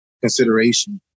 consideration